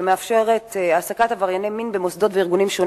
ולהציע למערכת החינוך להפוך מדי שנה את כינוס כנס באר-שבע לשלום